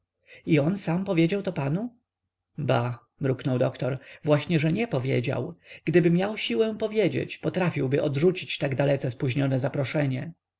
i on sam powiedział to panu bah mruknął doktor właśnie że nie powiedział gdyby miał siłę powiedzieć potrafiłby odrzucić tak dalece spóźnione zaproszenie